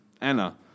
Anna